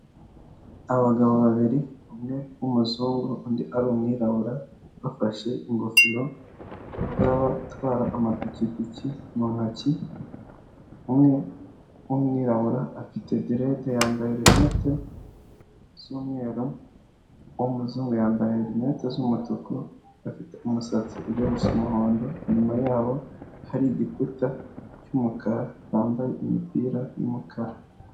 Abagabo babiri umwe b'umuzungu undi ari umwirabura, bafashe ingofero z'abatwara amapikipiki mu ntoki, umwe w’umwirabura afite diridi yambaye rinete z'umweru, uw’umuzungu yambaye rinete z'umutuku afite umusatsi ujya gusa umuhondo inyuma yabo hari igikuta cy'umukara wambaye imipira y'umukara.